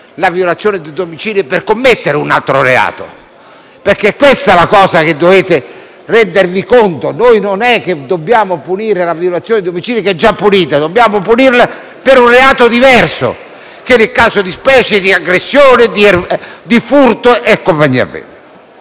la violazione di domicilio finalizzata a commettere un altro reato. È questa la cosa di cui dovete rendervi conto: noi non dobbiamo punire la violazione di domicilio, che è già punita, ma dobbiamo punirla per un reato diverso, che nel caso di specie è il reato di aggressione, di furto e compagnia bella.